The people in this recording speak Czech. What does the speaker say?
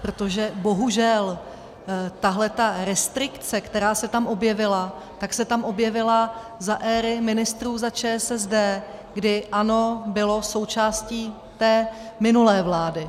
Protože bohužel tahleta restrikce, která se tam objevila, se tam objevila za éry ministrů za ČSSD, kdy ANO bylo součástí té minulé vlády.